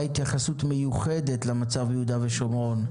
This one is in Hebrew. התייחסות מיוחדת למצב ביהודה ושומרון,